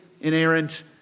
inerrant